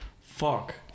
Fuck